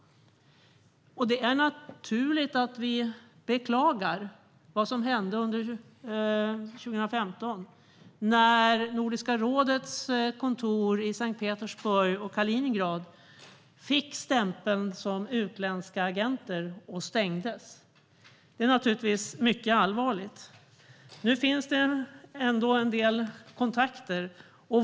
Det är naturligt att vi beklagar vad som hände under 2015, när Nordiska rådets kontor i Sankt Petersburg och Kaliningrad stämplades som utländska agenter och stängdes. Det är mycket allvarligt. Nu finns det ändå en del kontakter.